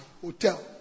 hotel